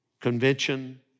convention